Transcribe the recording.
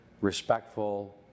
respectful